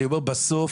בסוף,